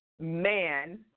man